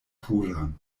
puran